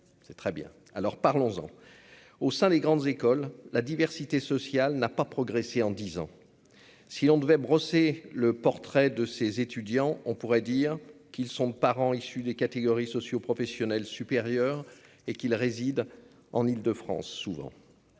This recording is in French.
c'est très bien. Parlons-en ! Au sein des grandes écoles, la diversité sociale n'a pas progressé en dix ans. Si l'on devait brosser le portrait de leurs étudiants, on pourrait dire que leurs parents sont issus des catégories socioprofessionnelles supérieures et que, le plus souvent,